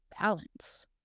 balance